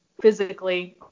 physically